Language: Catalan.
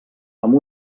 amb